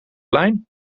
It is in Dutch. lijn